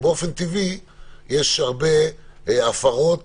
באופן טבעי יש הרבה הפרות